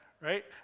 Right